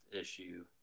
issue